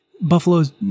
Buffalo's